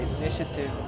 initiative